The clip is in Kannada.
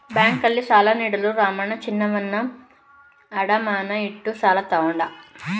ಬ್ಯಾಂಕ್ನಲ್ಲಿ ಸಾಲ ನೀಡಲು ರಾಮಣ್ಣ ಚಿನ್ನವನ್ನು ಅಡಮಾನ ಇಟ್ಟು ಸಾಲ ತಗೊಂಡ